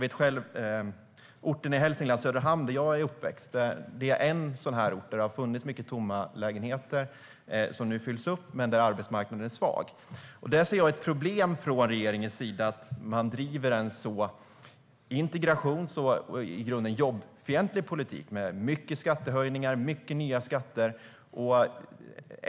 På orten där jag är uppväxt, Söderhamn i Hälsingland, har det funnits många tomma lägenheter som nu fylls, men arbetsmarknaden är svag. Där ser jag ett problem. Man driver från regeringens sida en integrations och i grunden jobbfientlig politik med mycket skattehöjningar och mycket nya skatter.